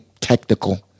technical